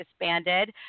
disbanded